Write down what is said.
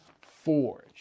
Forge